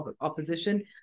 opposition